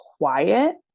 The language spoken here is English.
quiet